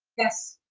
yes.